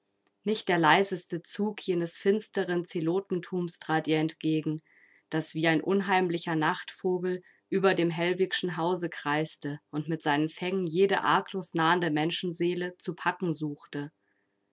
nicht der leiseste zug jenes finsteren zelotentums trat ihr entgegen das wie ein unheimlicher nachtvogel über dem hellwigschen hause kreiste und mit seinen fängen jede arglos nahende menschenseele zu packen suchte